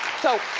so,